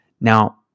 Now